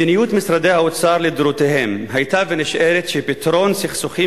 מדיניות משרדי האוצר לדורותיהם היתה ונשארת שפתרון סכסוכים